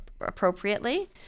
appropriately